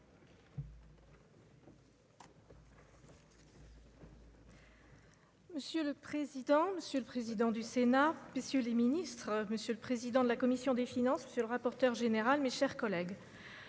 Monsieur le président, monsieur le président du Sénat, messieurs les Ministres, Monsieur le président de la commission des finances, monsieur le rapporteur général, mes chers collègues.